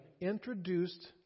introduced